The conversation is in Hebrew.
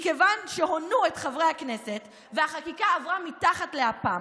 מכיוון שהונו את חברי הכנסת והחקיקה עברה מתחת לאפם,